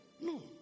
No